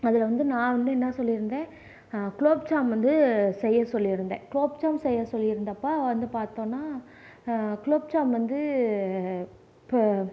அதில் வந்து நான் வந்து என்ன சொல்லி இருந்தேன் குலோப்ஜாம் வந்து செய்ய சொல்லி இருந்தேன் குலோப்ஜாம் செய்ய சொல்லி இருந்தப்ப வந்து பாத்தோன்னா குலோப்ஜாம் வந்து